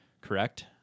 correct